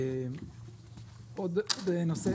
עוד נושא